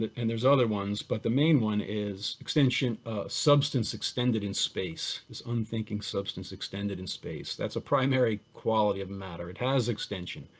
and there's other ones, but the main one is extension substance extended in space, this unthinking substance extended in space. that's a primary quality of matter, it has extension.